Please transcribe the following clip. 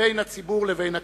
שבין הציבור לבין הכנסת.